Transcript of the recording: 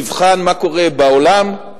תבחן מה קורה בעולם,